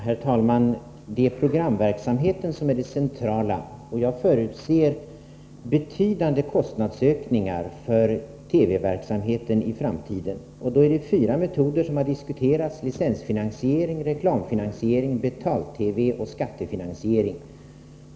Herr talman! Programverksamheten är det centrala. Jag förutser betydande kostnadsökningar för TV-verksamheten i framtiden. Då är det fyra metoder som har diskuterats: licensfinansiering, reklamfinansiering, betal TV och skattefinansiering.